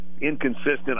inconsistent